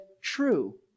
true